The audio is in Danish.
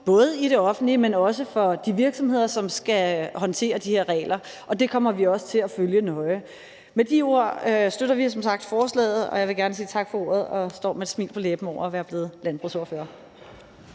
både i det offentlige, men også for de virksomheder, som skal håndtere de her regler, og det kommer vi også til at følge nøje. Med de ord støtter vi som sagt forslaget. Jeg vil gerne sige tak for ordet, og jeg står med et smil på læben over at være blevet landbrugsordfører.